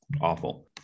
awful